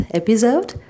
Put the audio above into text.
episode